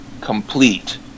Complete